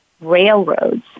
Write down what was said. railroads